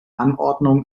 anordnungen